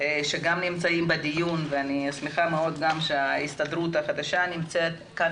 שגם נמצאים בדיון ואני שמחה מאוד שגם ההסתדרות החדשה נמצאת כאן